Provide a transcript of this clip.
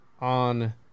on